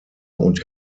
und